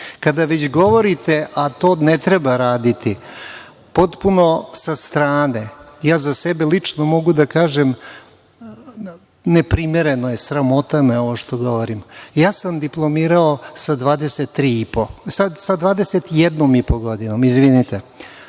već govorite, a to ne treba raditi, potpuno sa stane, ja za sebe lično mogu da kažem neprimereno je, sramota me ovo što govorim, ja sam diplomirao sa 21,5 godinom, za tri